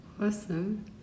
Awesome